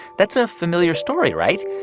that's a familiar story, right?